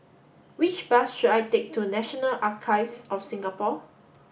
which bus should I take to National Archives of Singapore